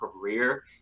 career